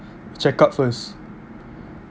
check up first